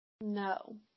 No